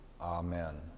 Amen